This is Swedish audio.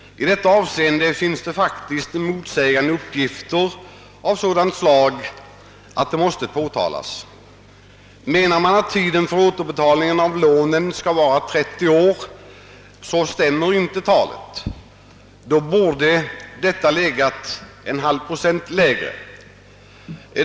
I detta avseende är uppgifterna faktiskt motsägande på ett sådant sätt att det måste påtalas. Skall tiden för återbetalning av lånen vara 30 år, så stämmer inte det angivna procenttalet — det borde då vara en halv procent lägre.